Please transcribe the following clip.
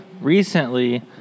recently